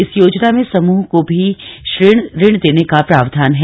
इस योजना में समूह को भी ऋण देने का प्रावधान है